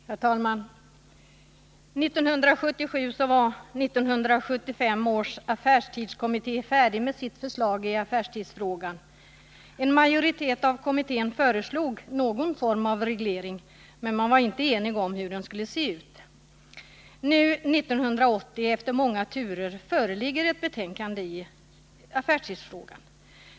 Herr talman! 1977 var 1975 års affärstidskommitté färdig med sitt förslag i affärstidsfrågan. En majoritet i kommittén föreslog någon form av reglering, men man var inte enig om hur den skulle se ut. Nu, 1980, efter många turer, föreligger ett betänkande i affärstidsfrågan.